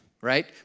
right